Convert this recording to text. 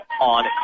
on